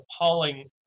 appalling